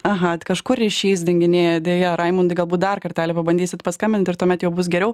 aha kažkur ryšys dinginėja deja raimundai galbūt dar kartelį pabandysit paskambint ir tuomet jau bus geriau